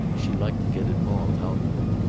she liked to get it all out of him.